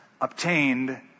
obtained